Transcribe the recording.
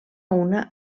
una